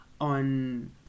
on